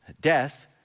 Death